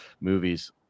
movies